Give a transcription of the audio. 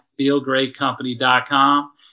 feelgreatcompany.com